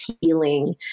healing